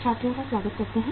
छात्रों का स्वागत करते हैं